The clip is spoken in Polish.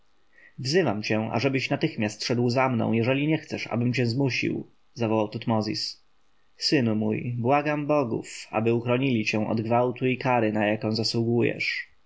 wzywam cię ażebyś natychmiast szedł za mną jeżeli nie chcesz abym cię zmusił zawołał tutmozis synu mój błagam bogów aby ochronili cię od gwałtu i kary na jaką zasługujesz